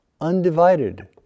undivided